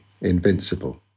invincible